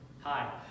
Hi